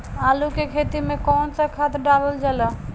आलू के खेती में कवन सा खाद डालल जाला?